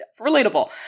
relatable